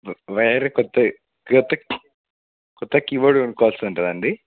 wire కొత్తది లేతే కొత్త కీబోర్డ్ కొనుక్కోవాల్సి ఉంటుందండి